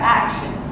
action